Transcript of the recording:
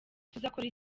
tuzakora